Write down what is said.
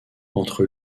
entre